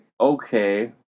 Okay